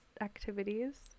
activities